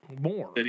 more